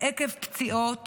עקב פציעות